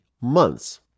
months